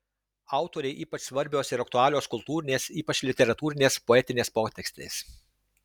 autorei ypač svarbios ir aktualios kultūrinės ypač literatūrinės poetinės potekstės